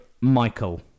Michael